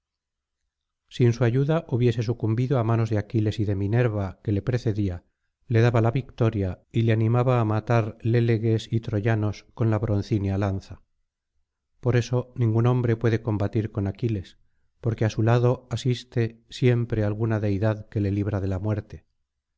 sin su ayuda hubiese sucumbido á manos de aquiles y de minerva que le precedía le daba la victoria y le animaba á matar léleges y troyanos con la broncínea lanza por eso ningún hombre puede combatir con aquiles porque á su lado asiste siempre alguna deidad que le libra de la muerte